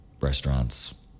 Restaurants